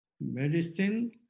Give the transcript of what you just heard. medicine